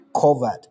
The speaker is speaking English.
covered